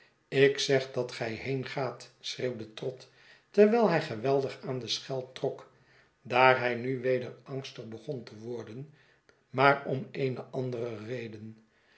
ik zeg dat gij heengaat schreeuwde trott terwijl hij geweldig aan de schel trok daar hij nu weder angstig begon te worden maar om eene andere reden